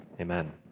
amen